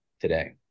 today